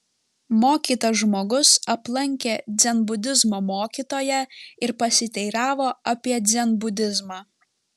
mokytas žmogus aplankė dzenbudizmo mokytoją ir pasiteiravo apie dzenbudizmą